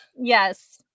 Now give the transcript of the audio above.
yes